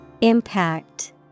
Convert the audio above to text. Impact